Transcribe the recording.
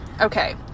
Okay